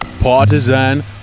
Partisan